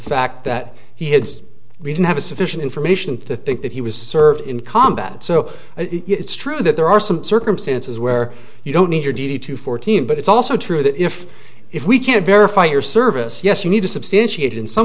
fact that he had we didn't have a sufficient information to think that he was served in combat so it's true that there are some circumstances where you don't need your d d to fourteen but it's also true that if if we can't verify your service yes you need to substantiate in some